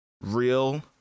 real